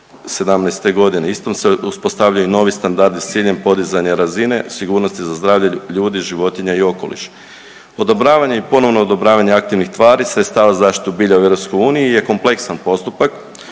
2017. godine. Istom se uspostavljaju i novi standardi s ciljem podizanja razine, sigurnosti za zdravlje ljudi, životinja i okoliša. Odobravanje i ponovo odobravanje aktivnih tvari, sredstava za zaštitu bilja u EU je kompleksan postupak